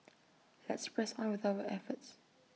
let's press on with our efforts